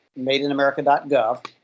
MadeInAmerica.gov